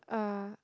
uh